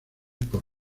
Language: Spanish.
por